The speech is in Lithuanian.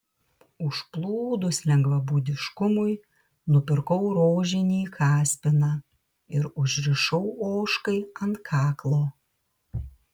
užplūdus lengvabūdiškumui nupirkau rožinį kaspiną ir užrišau ožkai ant kaklo